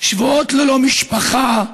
שבועות ללא משפחה,